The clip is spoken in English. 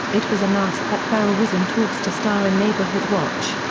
it was announced that ferrell was in talks to star in neighborhood watch,